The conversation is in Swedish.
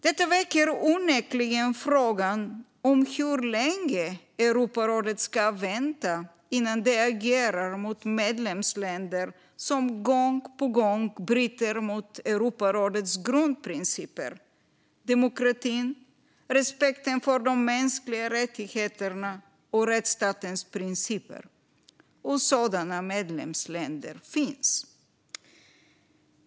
Detta väcker onekligen frågan om hur länge Europarådet ska vänta innan det agerar mot medlemsländer som gång på gång bryter mot Europarådets grundprinciper, det vill säga demokratin, respekten för de mänskliga rättigheterna och rättsstatens principer. Och sådana medlemsländer finns.